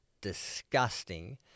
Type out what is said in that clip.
disgusting